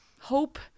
hope